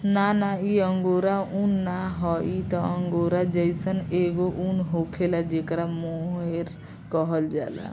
ना ना इ अंगोरा उन ना ह इ त अंगोरे जइसन एगो उन होखेला जेकरा मोहेर कहल जाला